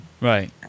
right